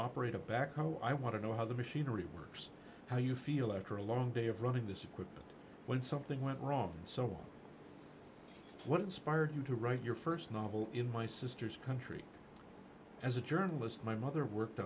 operate a backhoe i want to know how the machinery works how you feel after a long day of running this equipment when something went wrong and so on what inspired you to write your st novel in my sister's country as a journalist my mother worked